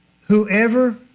whoever